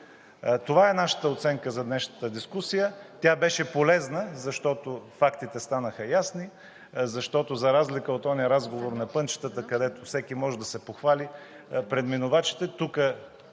Това е нашата оценка за днешната дискусия. Тя беше полезна, защото фактите станаха ясни, защото, за разлика от онзи разговор на пънчетата, където всеки може да се похвали пред минувачите, тук